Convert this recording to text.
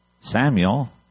Samuel